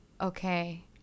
Okay